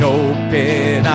open